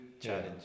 challenge